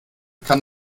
kann